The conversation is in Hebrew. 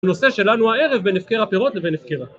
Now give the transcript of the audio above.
הנושא שלנו הערב בין הפקר הפירות לבין הפקר ה...